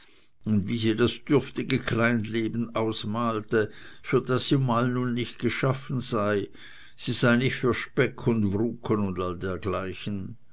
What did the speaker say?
und wie sie das dürftige kleinleben ausmalte für das sie nun mal nicht geschaffen sei sie sei nicht für speck und wruken und